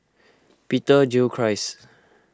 Peter Gilchrist